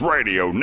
Radio